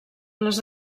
les